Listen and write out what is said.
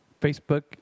Facebook